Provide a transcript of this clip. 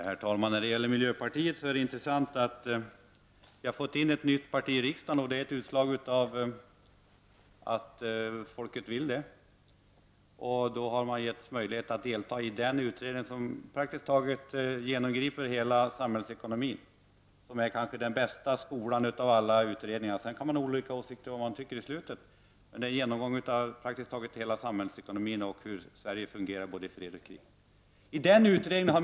Herr talman! När det gäller miljöpartiet är det intressant att vi har fått in ett nytt parti i riksdagen. Det är ett utslag av att folket vill det. Nu har partiet getts möjlighet att delta i den utredning som praktiskt taget griper genom hela samhällsekonomin och som kanske av alla våra utredningar innebär den bästa skolan. Sedan kan man ha olika åsikter om vad utredningen slutligen kommer fram till. Men det är alltså en genomgång av praktiskt taget hela samhällsekonomin och av hur Sverige fungerar både i fred och i krig.